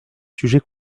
sujets